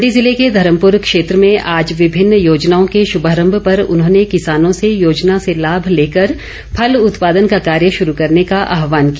मण्डी जिले के धर्मपुर क्षेत्र में आज विभिन्न योजनाओं के शुभारम्भ पर उन्होंने किसानों से योजना से लाभ लेकर फल उत्पादन का कार्य शुरू करने का आहवान किया